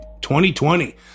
2020